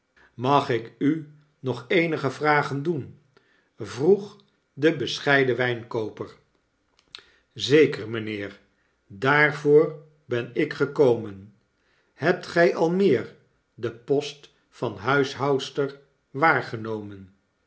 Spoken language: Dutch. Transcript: antwoorden magik u nog eenige vragen doen vroeg de bescheiden wpkooper zeker mrjnheer daarvoor benikgekomen j hebt gy al meer den post van huishoudster waargenomen